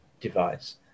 device